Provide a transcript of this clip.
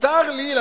מותר לי,